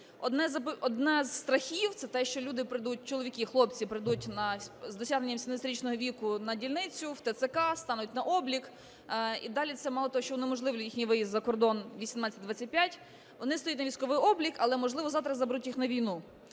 Один із страхів – це те, що люди прийдуть, чоловіки, хлопці прийдуть з досягненням вісімнадцятирічного віку на дільницю в ТЦК, стануть на облік. І далі це мало того, що унеможливлює їхній виїзд за кордон 18-25, вони стають на військовий облік, але, можливо, завтра заберуть їх на війну.